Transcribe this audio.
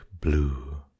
blue